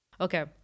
okay